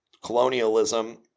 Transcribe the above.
colonialism